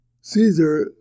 Caesar